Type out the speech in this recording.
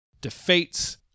defeats